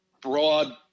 broad